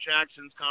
Jackson's